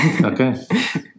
Okay